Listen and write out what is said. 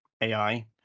AI